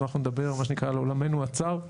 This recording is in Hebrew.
אז אנחנו נדבר מה שנקרא על עולמנו הצר.